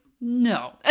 no